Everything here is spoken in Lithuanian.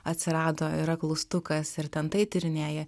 atsirado yra klaustukas ir ten tai tyrinėji